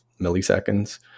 milliseconds